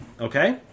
Okay